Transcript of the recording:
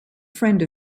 friend